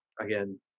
again